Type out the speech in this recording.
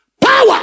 Power